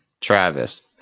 Travis